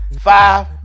five